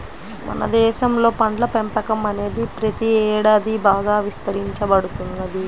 మన దేశంలో పండ్ల పెంపకం అనేది ప్రతి ఏడాది బాగా విస్తరించబడుతున్నది